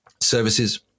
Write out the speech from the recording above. services